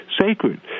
sacred